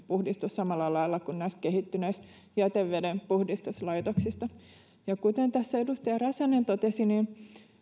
puhdistu samalla lailla kuin näissä kehittyneissä jätevedenpuhdistuslaitoksissa kuten tässä edustaja räsänen totesi niin